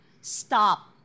Stop